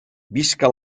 visca